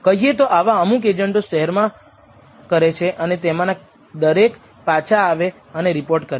કહીએ તો આવા અમુક એજન્ટો શહેરમાં કરે છે અને તેમાંના દરેક પાછા આવે અને રિપોર્ટ કરે છે